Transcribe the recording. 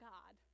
God